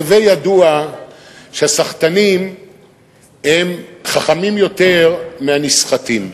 להווי ידוע שהסחטנים הם חכמים יותר מהנסחטים.